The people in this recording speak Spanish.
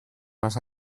más